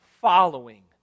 following